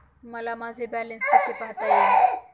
मला माझे बॅलन्स कसे पाहता येईल?